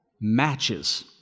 matches